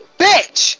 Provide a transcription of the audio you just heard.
bitch